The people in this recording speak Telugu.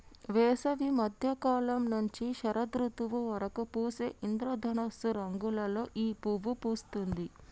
వేసవి మద్య కాలం నుంచి శరదృతువు వరకు పూసే ఇంద్రధనస్సు రంగులలో ఈ పువ్వు పూస్తుంది